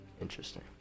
Interesting